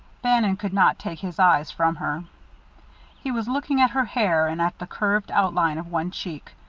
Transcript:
bannon could not take his eyes from her he was looking at her hair, and at the curved outline of one cheek,